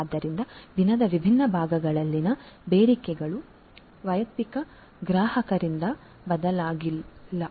ಆದ್ದರಿಂದ ದಿನದ ವಿವಿಧ ಭಾಗಗಳಲ್ಲಿನ ಬೇಡಿಕೆಗಳು ವೈಯಕ್ತಿಕ ಗ್ರಾಹಕರಿಂದ ಬದಲಾಗಲಿವೆ